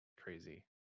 Crazy